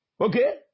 Okay